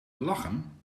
lachen